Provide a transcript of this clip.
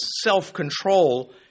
self-control